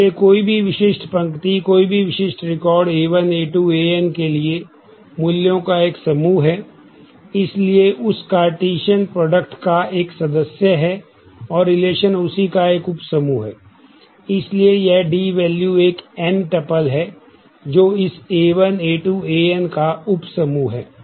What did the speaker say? इसलिए रिलेशन का उप समूह है